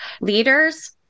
leaders